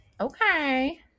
Okay